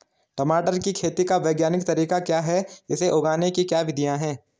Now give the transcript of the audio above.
टमाटर की खेती का वैज्ञानिक तरीका क्या है इसे उगाने की क्या विधियाँ हैं?